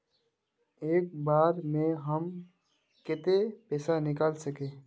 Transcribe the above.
एक बार में हम केते पैसा निकल सके?